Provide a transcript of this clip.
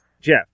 Jeff